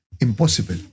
impossible